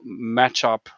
matchup